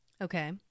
Okay